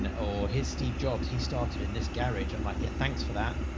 and or his steve jobs, he started in this garage. i'm like, yeah, thanks for that.